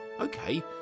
Okay